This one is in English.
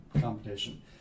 competition